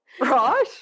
right